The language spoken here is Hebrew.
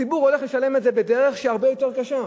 הציבור הולך לשלם את זה בדרך שהיא הרבה יותר קשה.